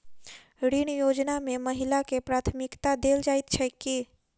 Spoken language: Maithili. ऋण योजना मे महिलाकेँ प्राथमिकता देल जाइत छैक की?